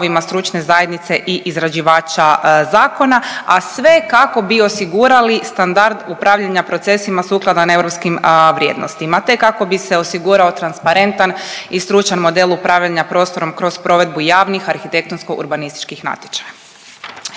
stručne zajednice i izrađivača zakona, a sve kako bi osigurali standard upravljanja procesima sukladan europskim vrijednostima te kako bi se osigurao transparentan i stručan model upravljanja prostorom kroz provedbu javnih arhitektonsko urbanističkih natječaja.